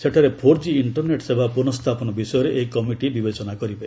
ସେଠାରେ four G internet ସେବା ପୁନଃସ୍ଥାପନ ବିଷୟରେ ଏହି କମିଟି ବିବେଚନା କରିବେ